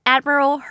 Admiral